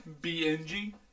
BNG